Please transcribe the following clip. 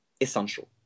essential